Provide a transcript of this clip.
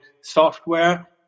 software